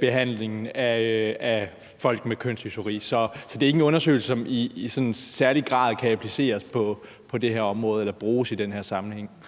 behandlingen af folk med kønsdysfori. Så det er ikke en undersøgelse, som i sådan særlig grad kan appliceres på det her område eller bruges i den her sammenhæng.